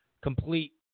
complete